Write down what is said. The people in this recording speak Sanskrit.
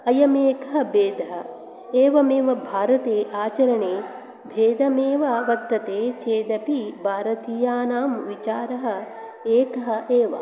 अयम् एकः भेदः एवमेव भारते आचरणे भेदमेव वर्तते चेदपि भारतीयानां विचारः एकः एव